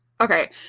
Okay